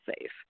safe